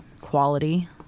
quality